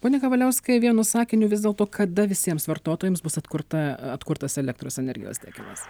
pone kavaliauskai vienu sakiniu vis dėlto kada visiems vartotojams bus atkurta atkurtas elektros energijos tiekimas